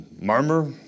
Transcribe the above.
murmur